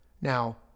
Now